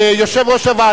יושב-ראש הוועדה,